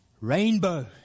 rainbow